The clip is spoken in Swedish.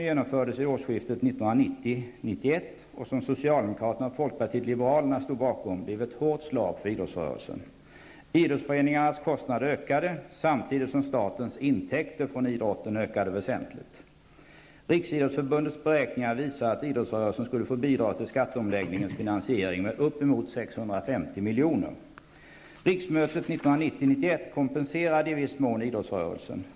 1990 91 kompenserades i viss mån idrottsrörelsen.